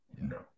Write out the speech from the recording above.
No